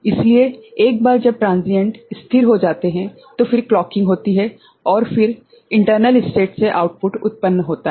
इसलिए एक बार जब ट्रान्सिएंट स्थिर हो जाते हैं तो फिर क्लॉकिंग होती है और फिर इंटरनल स्टेट से आउटपुट उत्पन्न होता है